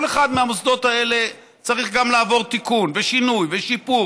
כל אחד מהמוסדות האלה צריך גם לעבור תיקון ושינוי ושיפור